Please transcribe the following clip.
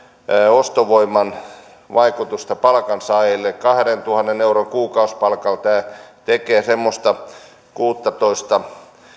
ostovoiman vaikutusta palkansaajille kun kahdentuhannen euron kuukausipalkalla tämä tekee semmoista kuuttatoista